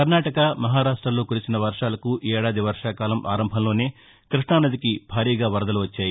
కర్ణాటక మహా రాష్ట్లో కురిసిన వర్షాలకు ఈ ఏడాది వర్షాకాలం ఆరంభంలోనే కృష్ణనదికి భారీగా వరదలు వచ్చాయి